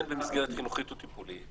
במסגרת חינוכית או טיפולית